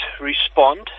respond